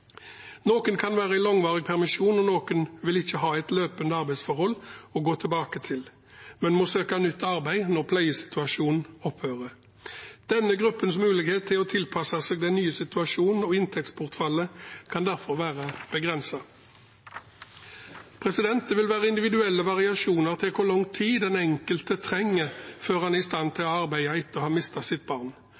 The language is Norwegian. Noen kan være i langvarig permisjon, og noen vil ikke ha et løpende arbeidsforhold å gå tilbake til, men må søke nytt arbeid når pleiesituasjonen opphører. Denne gruppens mulighet til å tilpasse seg den nye situasjonen og inntektsbortfallet kan derfor være begrenset. Det vil være individuelle variasjoner i hvor lang tid den enkelte trenger før man er i stand til å arbeide etter å ha mistet sitt barn.